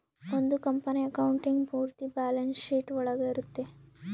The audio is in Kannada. ಒಂದ್ ಕಂಪನಿ ಅಕೌಂಟಿಂಗ್ ಪೂರ್ತಿ ಬ್ಯಾಲನ್ಸ್ ಶೀಟ್ ಒಳಗ ಇರುತ್ತೆ